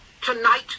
Tonight